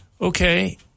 okay